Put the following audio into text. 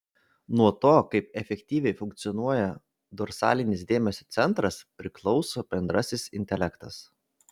nuo to kaip efektyviai funkcionuoja dorsalinis dėmesio centras priklauso bendrasis intelektas